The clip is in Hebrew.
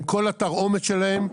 עם כל התרעומת שלהם,